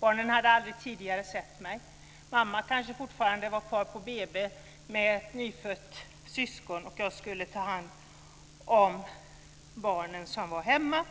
Barnen hade aldrig tidigare sett mig. Mamman var kanske fortfarande kvar på BB med ett nyfött syskon och jag skulle ta hand om barn som var hemma